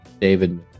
David